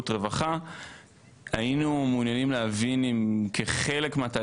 אני לא יודעת מי נמצא כאן ממשרדי האוצר או מהמשרדים האחרים,